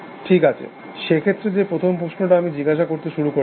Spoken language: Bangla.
ঠিক আছে সেক্ষেত্রে যে প্রথম প্রশ্নটা আমি জিজ্ঞাসা করতে শুরু করেছিলাম